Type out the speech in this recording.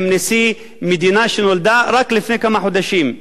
נשיא מדינה שנולדה רק לפני כמה חודשים,